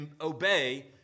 obey